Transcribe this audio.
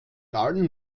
allen